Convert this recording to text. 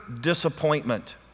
disappointment